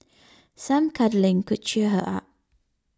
some cuddling could cheer her up